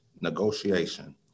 negotiation